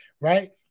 right